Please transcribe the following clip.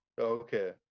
okay